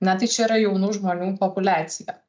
na tai čia yra jaunų žmonių populiacija